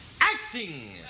Acting